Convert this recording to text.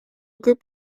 group